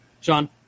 Sean